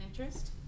interest